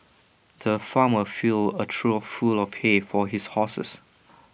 the farmer filled A trough full of hay for his horses